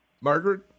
Margaret